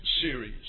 series